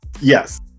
Yes